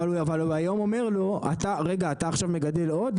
אבל הוא אומר לו רגע אתה עכשיו מגדל עוד?